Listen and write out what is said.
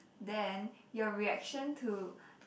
then your reaction to